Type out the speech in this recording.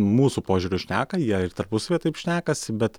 mūsų požiūriu šneka jie ir tarpusavyje taip šnekasi bet